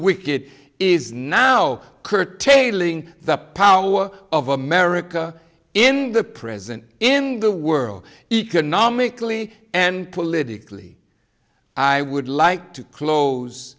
it is now curtailing the power of america in the present in the world economically and politically i would like to